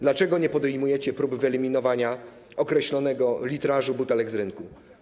Dlaczego nie podejmujecie prób wyeliminowania określonego litrażu butelek z rynku?